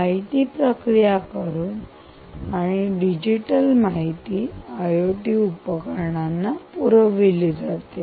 माहिती प्रक्रिया करून आणि डिजिटल माहिती आयओटी उपकरणांना पुरवली जाते